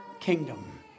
kingdom